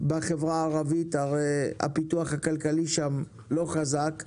בחברה הערבית הרי הפיתוח הכלכלי שם לא חזק.